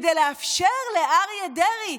כדי לאפשר לאריה דרעי,